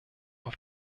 auf